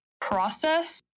process